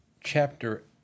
chapter